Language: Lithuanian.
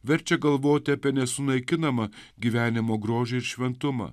verčia galvoti apie nesunaikinamą gyvenimo grožį ir šventumą